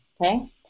okay